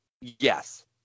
Yes